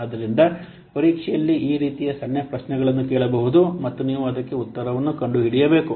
ಆದ್ದರಿಂದ ಪರೀಕ್ಷೆಯಲ್ಲಿ ಈ ರೀತಿಯ ಸಣ್ಣ ಪ್ರಶ್ನೆಗಳನ್ನು ಕೇಳಬಹುದು ಮತ್ತು ನೀವು ಅದಕ್ಕೆ ಉತ್ತರವನ್ನು ಕಂಡುಹಿಡಿಯಬೇಕು